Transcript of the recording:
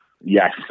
Yes